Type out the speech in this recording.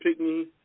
Pickney